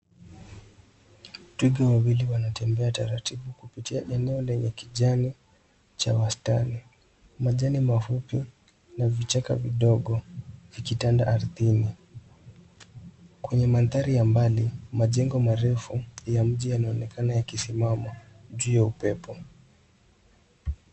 Twiga wawili wanatembea taratibu kupitia eneo lenye kijani cha wastani, majani mafupi na vichaka vidogo vikitanda ardhini. Kwenye mandhari ya mbali, majengo marefu ya mji yanaonekana yakisimama juu ya upepo.